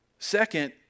Second